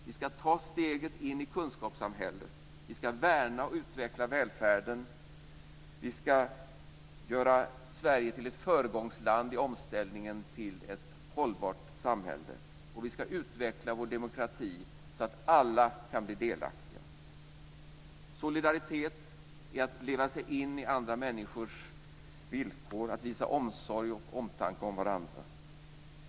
Vi ska ta steget in i kunskapssamhället. Vi ska värna och utveckla välfärden. Vi ska göra Sverige till ett föregångsland i omställningen till ett hållbart samhälle, och vi ska utveckla vår demokrati så att alla kan bli delaktiga. Solidaritet är att leva sig in i andra människors villkor, och att visa omsorg och omtanke om varandra.